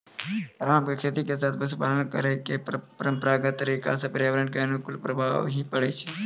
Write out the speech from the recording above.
राम के खेती के साथॅ पशुपालन करै के परंपरागत तरीका स पर्यावरण कॅ अनुकूल प्रभाव हीं पड़ै छै